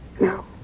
No